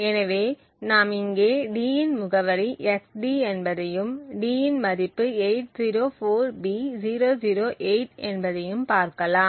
எனவே நாம் இங்கே d இன் முகவரி xd என்பதையும் d இன் மதிப்பு 804b008 என்பதையும் பார்க்கலாம்